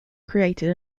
created